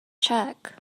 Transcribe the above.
check